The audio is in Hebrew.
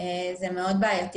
אחרת זה מאוד בעייתי